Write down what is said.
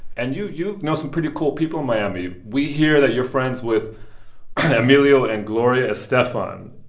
and you you know some pretty cool people in miami. we hear that you're friends with emilio and gloria estefan.